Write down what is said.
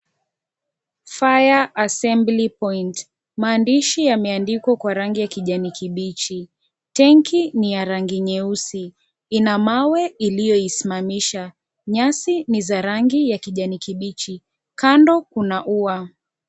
Fire assembly point maandishi yameandikwa kwa rangi ya kijani kibichi . Tenki ni ya rangi nyeusi ina mawe iliyoisimamisha, nyasi ni za rangi ya kijani kibichi. Kando kuna ua.